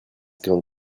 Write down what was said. gone